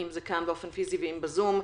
אם באופן פיסי ואם בזום.